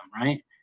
right